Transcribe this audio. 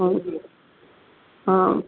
ಹ್ಞೂ ಹಾಂ